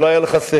אבל לא היה לך שכל.